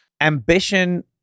ambition